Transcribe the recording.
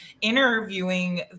interviewing